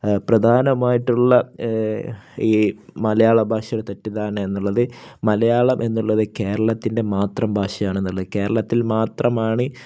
പ്രധാനമായിട്ടുള്ള ഈ മലയാള ഭാഷ തെറ്റിദ്ധാരണ എന്നുള്ളത് മലയാളം എന്നുള്ളത് കേരളത്തിൻ്റെ മാത്രം ഭാഷയാണെന്നുള്ളത് കേരളത്തിൽ മാത്രമാണ്